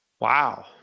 wow